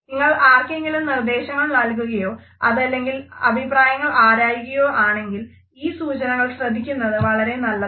നിങ്ങൾ ആർക്കെങ്കിലും നിർദ്ദേശങ്ങൾ നൽകുകയോ അതല്ലെങ്കിൽ അഭിപ്രായങ്ങൾ ആരായുകയോ ആണെങ്കിൽ ഈ സൂചനകൾ ശ്രദ്ധിക്കുന്നത് വളരെ നല്ലതാണ്